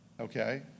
okay